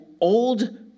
old